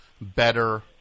better